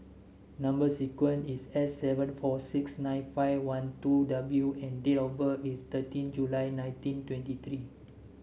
number sequence is S seven four six nine five one two W and date of birth is thirteen July nineteen twenty three